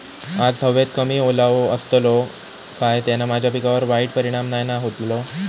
आज हवेत कमी ओलावो असतलो काय त्याना माझ्या पिकावर वाईट परिणाम नाय ना व्हतलो?